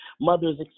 mothers